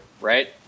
Right